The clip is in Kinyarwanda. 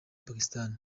pakistan